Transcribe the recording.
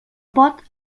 pot